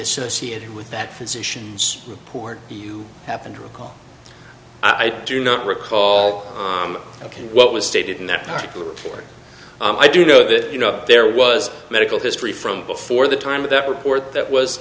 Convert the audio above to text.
associated with that physician's report do you happen to recall i do not recall ok what was stated in that particular report i do know that you know there was medical history from before the time of that report that was